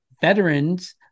Veterans